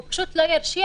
הוא פשוט לא ירשיע,